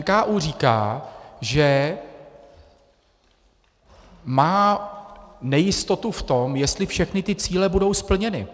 NKÚ říká, že má nejistotu v tom, jestli všechny ty cíle budou splněny.